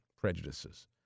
prejudices